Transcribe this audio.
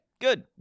good